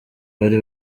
bari